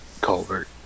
Colbert